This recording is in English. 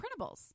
printables